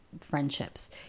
friendships